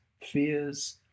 fears